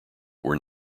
were